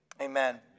Amen